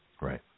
Right